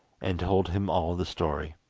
and told him all the story.